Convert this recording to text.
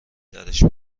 درش